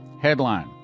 headline